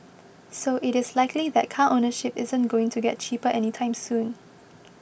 so it is likely that car ownership isn't going to get cheaper anytime soon